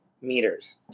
meters